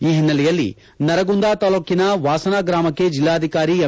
ಈ ಹಿನ್ನೆಲೆಯಲ್ಲಿ ನರಗುಂದ ತಾಲೂಕಿನ ವಾಸನ ಗ್ರಾಮಕ್ಕೆ ಜಿಲ್ಲಾಧಿಕಾರಿ ಎಂ